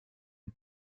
une